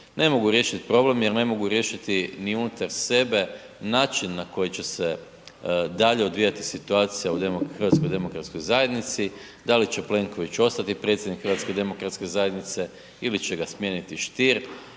Ne mogu riješiti problem jer ne mogu riješiti ni unutar sebe način na koji će se dalje odvijati situacija u HDZ-u, da li će Plenković ostati predsjednik HDZ-a ili će ga smijeniti Stier